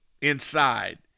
inside